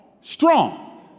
strong